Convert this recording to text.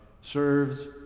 serves